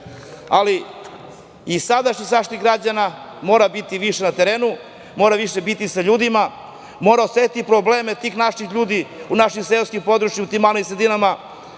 Ali, sadašnji Zaštitnik građana mora biti više na terenu, mora biti više sa ljudima, mora osetiti probleme tih naših ljudi u našim seoskim područjima, u tim malim sredinama